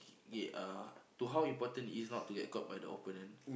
yeah uh to how important it is not to get caught by the opponent